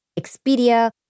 Expedia